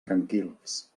tranquils